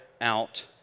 out